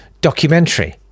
documentary